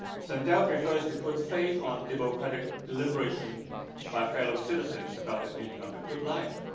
sandel prefers to put faith on democratic deliberation by fellow citizens about the meaning of the good life.